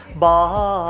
bar um ah